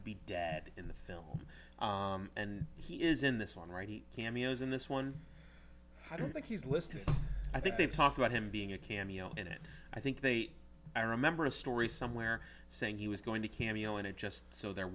to be dad in the film and he is in this one right cameos in this one i don't think he's listening i think they've talked about him being a cameo in it i think they i remember a story somewhere saying he was going to cameo and it just so there